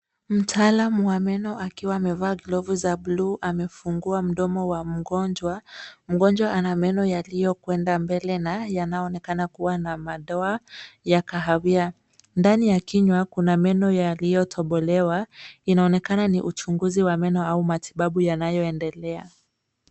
Mtaalamu wa meno akiwa amevaa glovu za buluu, amefungua mdomo wa mgonjwa. Mgonjwa ana meno yaliyokwenda mbele na yanayoonekana kuwa na madoa ya kahawia. Ndani ya kichwa, kuna meno yaliyotobolewa. Inaonekana ni uchunguzi wa meno au matibabu yanayoendelea.